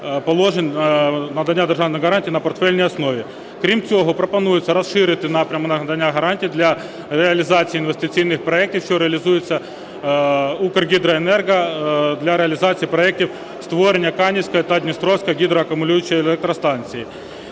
Крім цього пропонується розширити напрям надання гарантій для реалізації інвестиційних проектів, що реалізуються "Укргідроенерго" для реалізації проектів створення Канівської та Дністровської гідроакумулюючої електростанції.